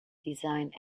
designed